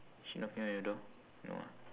is she knocking on your door no ah